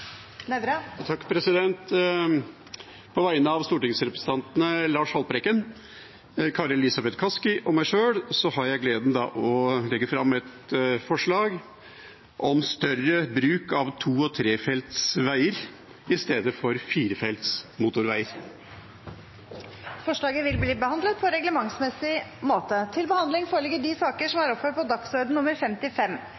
Nævra vil fremsette et representantforslag. På vegne av stortingsrepresentantene Lars Haltbrekken, Kari Elisabeth Kaski og meg sjøl har jeg gleden av å legge fram et forslag om større bruk av to- og trefelts veier i stedet for firefelts motorveier. Forslaget vil bli behandlet på reglementsmessig måte.